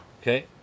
Okay